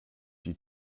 die